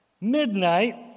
Midnight